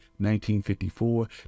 1954